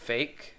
Fake